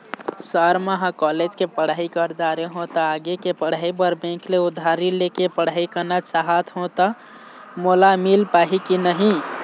Sir म ह college के पढ़ाई कर दारें हों ता आगे के पढ़ाई बर बैंक ले उधारी ले के पढ़ाई करना चाहत हों ता मोला मील पाही की नहीं?